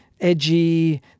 edgy